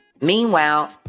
Meanwhile